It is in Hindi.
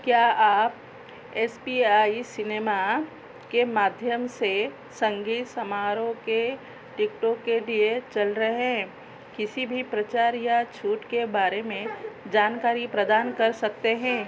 क्या आप एस पी आई सिनेमा के माध्यम से संगीत समारोह के टिकटों के लिए चल रहे किसी भी प्रचार या छूट के बारे में जानकारी प्रदान कर सकते हैं